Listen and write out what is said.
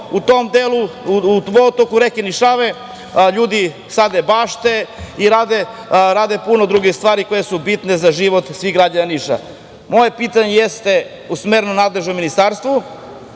u tom delu u vodotoku reke Nišave ljudi sade bašte i rade puno drugih stvari koje su bitne za život svih građana Niša. Moje pitanje jeste usmereno nadležnom Ministarstvu